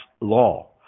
law